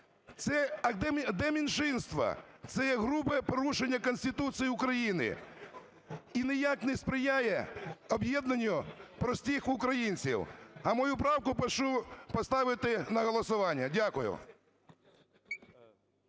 А де меншинства? Це грубе порушення Конституції України і ніяк не сприяє об'єднанню простих українців. А мою правку прошу поставити на голосування. Дякую.